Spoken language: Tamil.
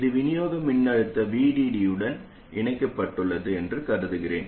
இது விநியோக மின்னழுத்த VDD உடன் இணைக்கப்பட்டுள்ளது என்று கருதுகிறேன்